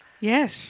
Yes